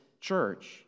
church